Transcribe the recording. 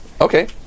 Okay